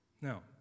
Now